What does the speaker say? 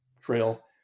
trail